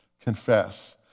Confess